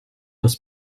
das